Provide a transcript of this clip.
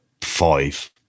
five